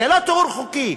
זה לא תיאור חוקי,